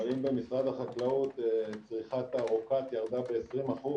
ואם במשרד החקלאות צריכת הרוקט ירדה ב-20%,